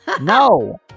No